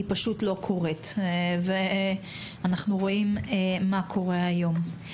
פשוט לא קורית ואנחנו רואים מה קורה היום.